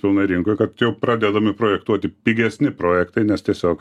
pilnai rinkoj kad jau pradedami projektuoti pigesni projektai nes tiesiog